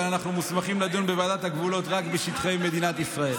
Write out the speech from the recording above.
אבל אנחנו מוסמכים לדון בוועדת הגבולות רק בשטחי מדינת ישראל.